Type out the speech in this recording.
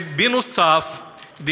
נוסף על כך,